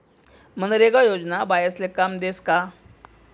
मनरेगा योजना बायास्ले काम देस का?